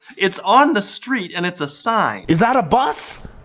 it's on the street, and it's a sign is that a bus?